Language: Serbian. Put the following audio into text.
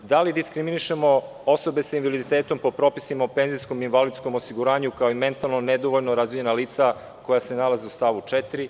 Da li diskriminišemo osobe sa invaliditetom po propisima o penzijskom i invalidskom osiguranju, kao i mentalno nedovoljno razvijena lica koja se nalaze u stavu 4?